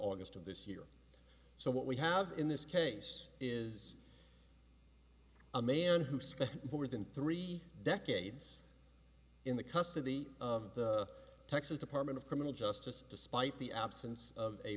august of this year so what we have in this case is a man who spent more than three decades in the custody of the texas department of criminal justice despite the absence of a